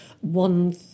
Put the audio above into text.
one